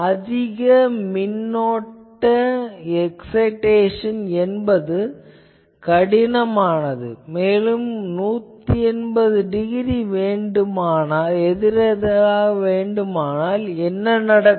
அதிக மின்னோட்ட எக்சைடேசன் என்பது கடினமானது மேலும் 180 டிகிரி எதிரெதிராக இருந்தால் என்ன நடக்கும்